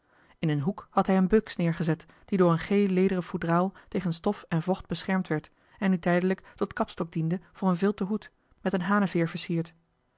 in een hoek had hij eene buks neergezet die door een geel lederen foedraal tegen stof en vocht beschermd werd en nu tijdelijk tot kapstok diende voor een vilten hoed met eene haneveer versierd